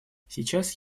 сейчас